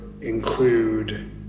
include